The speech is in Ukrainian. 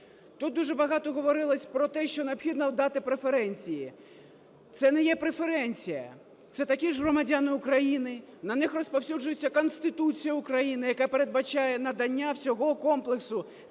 Тут дуже багато говорилось про те, що необхідно дати преференції. Це не є преференція. Це такі ж громадяни України, на них розповсюджується Конституція України, яка передбачає надання всього комплексу